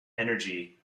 energy